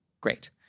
Great